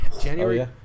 January